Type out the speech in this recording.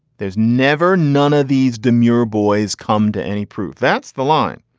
there's never none of these demure boys come to any proof. that's the line.